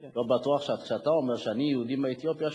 לא בטוח שכשאתה אומר: אני יהודי מאתיופיה,